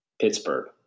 Pittsburgh